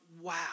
wow